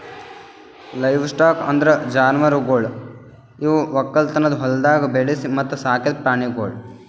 livestock ಅಂದುರ್ ಜಾನುವಾರುಗೊಳ್ ಇವು ಒಕ್ಕಲತನದ ಹೊಲಗೊಳ್ದಾಗ್ ಬೆಳಿಸಿ ಮತ್ತ ಸಾಕಿದ್ ಪ್ರಾಣಿಗೊಳ್